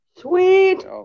Sweet